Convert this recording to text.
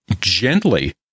gently